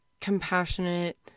compassionate